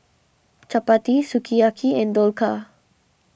Chapati Sukiyaki and Dhokla